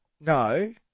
No